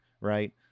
right